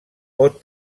pot